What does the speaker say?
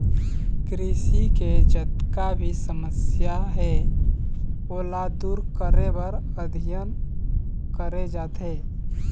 कृषि के जतका भी समस्या हे ओला दूर करे बर अध्ययन करे जाथे